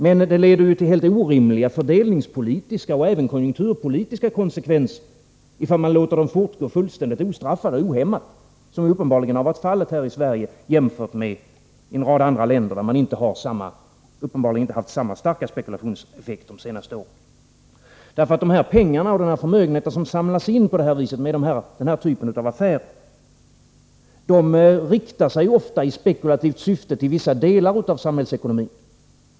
Men det leder ju till helt orimliga fördelningspolitiska och även konjunkturpolitiska konsekvenser om man låter dem fortgå fullständigt ostraffat och ohämmat, vilket uppenbarligen har varit fallet här i Sverige jämfört med förhållandena i en rad andra länder där man inte har haft samma starka spekulationseffekt under de senaste åren. De här pengarna och den förmögenhet som samlas in med denna typ av affärer riktar sig ofta i spekulativt syfte till vissa delar av samhällsekonomin.